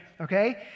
okay